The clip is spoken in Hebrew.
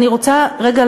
אני רוצה רגע,